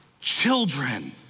children